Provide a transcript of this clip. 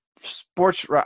sports –